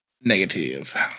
Negative